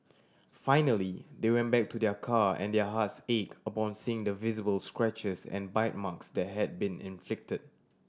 finally they went back to their car and their hearts ache upon seeing the visible scratches and bite marks that had been inflicted